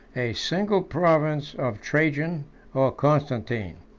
a single province of trajan or constantine.